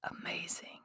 Amazing